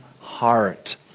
heart